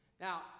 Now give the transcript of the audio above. Now